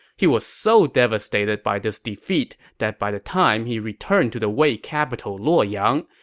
he was so devastated by this defeat that by the time he returned to the wei capital luoyang,